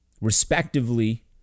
Respectively